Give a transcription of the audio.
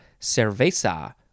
cerveza